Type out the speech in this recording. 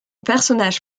personnage